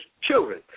children